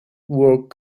work